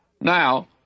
Now